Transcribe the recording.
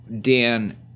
Dan